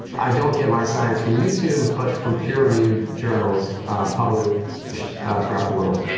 i don't get my science from youtube but from peer reviewed journals public throughout the world.